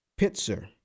Pitzer